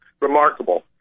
Remarkable